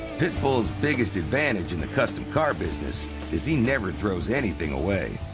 pitbull's biggest advantage in the custom car business is he never throws anything away.